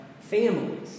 families